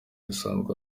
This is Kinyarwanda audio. asanzwe